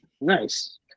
Nice